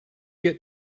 get